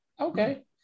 Okay